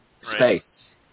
space